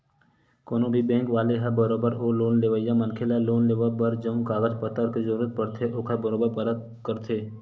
कोनो भी बेंक वाले ह बरोबर ओ लोन लेवइया मनखे ल लोन लेवब बर जउन कागज पतर के जरुरत पड़थे ओखर बरोबर परख करथे